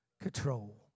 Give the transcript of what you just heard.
control